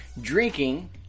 drinking